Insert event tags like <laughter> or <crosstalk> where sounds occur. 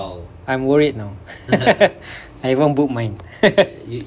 I'm worried now <laughs> I haven't booked mine <laughs>